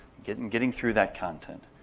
getting getting through that content.